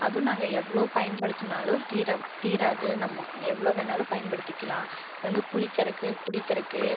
அதுவும் நாங்கள் எவ்வளோ பயன்படுத்துனாலும் தீர தீராது நம்ம எவ்வளோ வேணாலும் பயன்படுத்திக்கலாம் இப்போ வந்து குளிக்கறதுக்கு குடிக்கிறக்கு